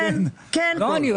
כבוד היושב-ראש,